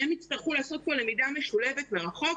שהם יצטרכו לעשות פה למידה משולבת מרחוק,